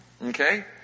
Okay